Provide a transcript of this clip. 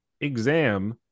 exam